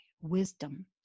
wisdom